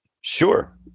Sure